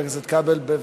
חבר הכנסת כבל, בבקשה.